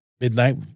midnight